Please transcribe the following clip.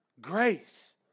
grace